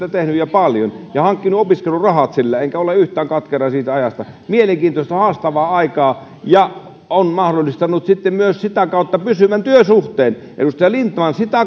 töitä tehnyt paljon ja hankkinut opiskelurahat sillä enkä ole yhtään katkera siitä ajasta mielenkiintoista haastavaa aikaa ja se on mahdollistanut sitten myös sitä kautta pysyvän työsuhteen edustaja lindtman sitä